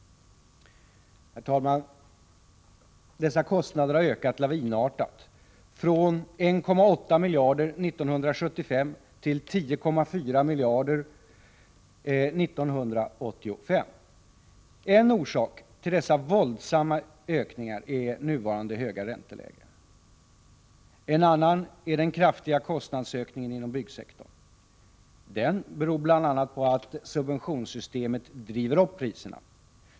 Herr talman! Dessa kostnader har ökat lavinartat. Från 1,8 miljarder 1975 till 10,4 miljarder 1985. En orsak till dessa våldsamma ökningar är nuvarande höga ränteläge. En annan är den kraftiga kostnadsökningen inom byggsektorn. Den beror bl.a. på att subventionssystemet driver upp priserna.